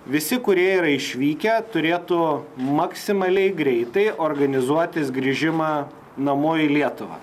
visi kurie yra išvykę turėtų maksimaliai greitai organizuotis grįžimą namo į lietuvą